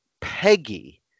Peggy